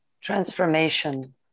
Transformation